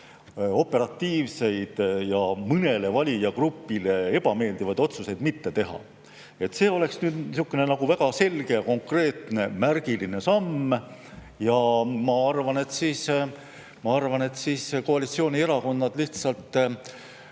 operatiivseid ja mõnele valijagrupile ebameeldivaid otsuseid mitte teha. See [otsus] oleks nagu väga selge ja konkreetne märgiline samm. Ma arvan, et koalitsioonierakonnad lihtsalt